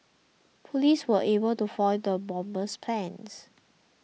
police were able to foil the bomber's plans